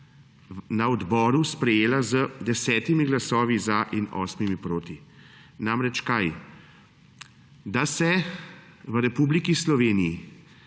na odboru sprejela z 10 glasovi za in 8 proti. Namreč kaj? Da se v Republiki Sloveniji